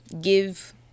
give